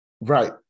Right